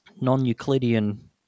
non-Euclidean